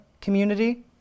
community